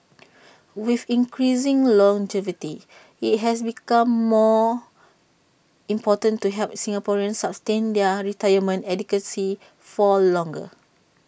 with increasing longevity IT has become more important to help Singaporeans sustain their retirement adequacy for longer